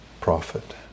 prophet